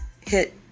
hit